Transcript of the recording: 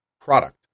product